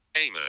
Amy